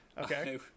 Okay